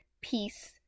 peace